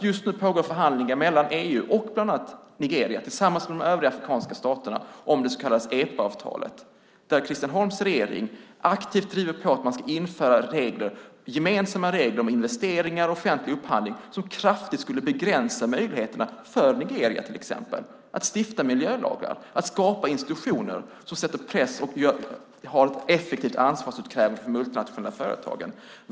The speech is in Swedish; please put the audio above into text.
Just nu pågår förhandlingar mellan EU och bland annat Nigeria tillsammans med de övriga afrikanska staterna om det så kallade EPA-avtalet, där Christian Holms regering aktivt driver på att man ska införa gemensamma regler om investeringar och offentlig upphandling som kraftigt skulle begränsa möjligheterna för till exempel Nigeria att stifta miljölagar och skapa institutioner som sätter press och effektivt kan utkräva ansvar från de multinationella företagen.